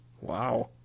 Wow